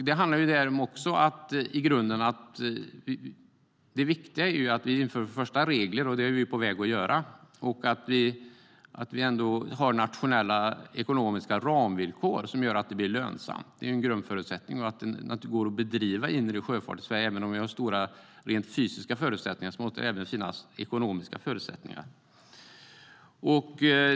Även där är det viktiga att vi inför regler - det är vi ju på väg att göra - och har nationella ekonomiska ramvillkor som gör att det blir lönsamt. Det är en grundförutsättning för att det ska gå att bedriva inre sjöfart i Sverige. Även om vi har stora rent fysiska förutsättningar måste det även finnas ekonomiska förutsättningar.